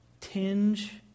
tinge